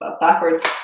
Backwards